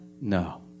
No